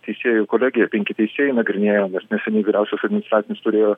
teisėjų kolegija penki teisėjai nagrinėjo nes neseniai vyriausias administracinis turėjo